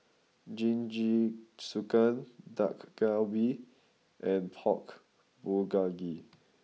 Jingisukan Dak Galbi and Pork Bulgogi